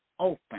open